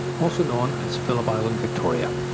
also known as phillip island, victoria.